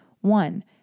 One